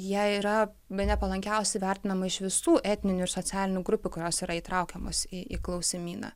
jie yra bene palankiausiai vertinama iš visų etninių ir socialinių grupių kurios yra įtraukiamos į klausimyną